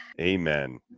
amen